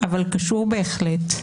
אבל קשור בהחלט,